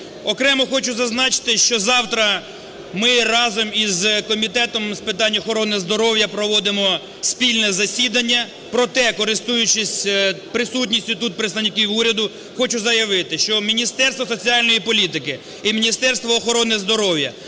Окремо хочу зазначити, що завтра ми разом із Комітетом з питань охорони здоров'я проводимо спільне засідання. Проте, користуючись присутністю тут представників уряду, хочу заявити, що Міністерство соціальної політики і Міністерство охорони здоров'я